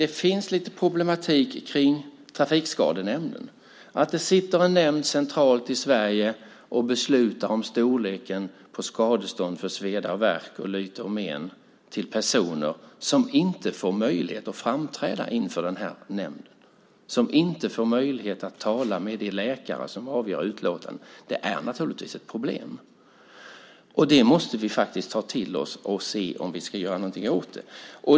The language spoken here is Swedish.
Det finns ett problem med Trafikskadenämnden, som sitter centralt och beslutar om storleken på skadestånd för sveda och värk eller lyte och men för personer som inte har möjlighet att framträda inför nämnden. Man får inte möjlighet att tala med de läkare som avger utlåtande, och det är naturligtvis ett problem. Det måste vi faktiskt ta till oss och se om vi kan göra något åt.